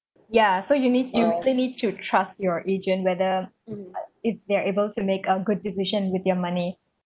ya so you need you really need to trust your agent whether if they're able to make a good decision with your money